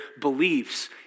beliefs